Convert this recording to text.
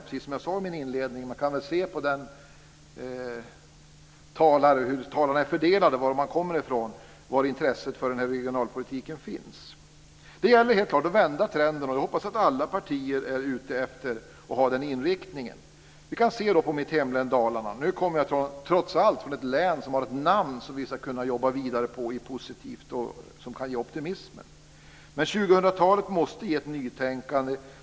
Precis som jag sade i min inledning kan man se på hur talare är fördelade, varifrån de kommer, var intresset för regionalpolitiken finns. Det gäller helt klart att vända trenden. Jag hoppas att alla partier är ute efter att ha den inriktningen. Vi kan se på mitt hemlän Dalarna. Nu kommer jag trots allt från ett län som har ett namn som vi ska kunna jobba vidare på positivt och som kan ge optimism. Men 2000-talet måste ge ett nytänkande!